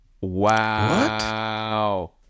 wow